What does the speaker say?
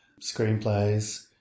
screenplays